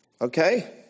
Okay